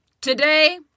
today